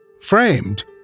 framed